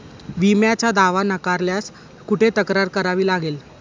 विम्याचा दावा नाकारल्यास कुठे तक्रार करावी लागेल?